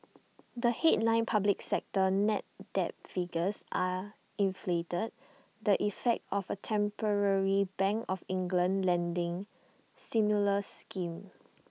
the headline public sector net debt figures are inflated the effect of A temporary bank of England lending stimulus scheme